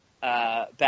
back